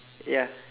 ya